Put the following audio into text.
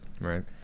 Right